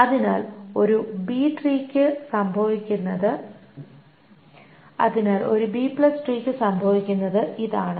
അതിനാൽ ഒരു ബി ട്രീയ്ക്ക് B tree സംഭവിക്കുന്നത് ഇതാണ്